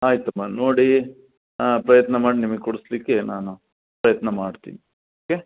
ಆಯಿತಮ್ಮ ನೋಡಿ ಪ್ರಯತ್ನ ಮಾಡಿ ನಿಮ್ಗೆ ಕೊಡಿಸ್ಲಿಕ್ಕೆ ನಾನು ಪ್ರಯತ್ನ ಮಾಡ್ತೀನಿ ಓಕೆ